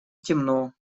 темно